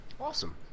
Awesome